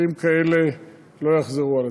שמקרים כאלה לא יחזרו.